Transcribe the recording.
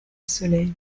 soleil